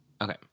Okay